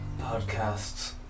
podcasts